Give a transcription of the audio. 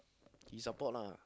he support lah